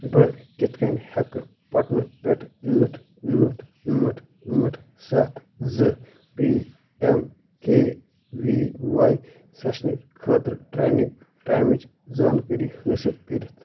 بہٕ کتھ کٔنۍ ہیٚکہٕ پٹنہٕ پؠٹھ ٲٹھ ٲٹھ ٲٹھ ٲٹھ سَتھ زٕ P M K V Y session خٲطرٕ ٹریننگ ٹایمٕچ زانٛکٲری حٲصل کٔرتھ